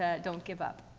ah don't give up.